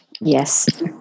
Yes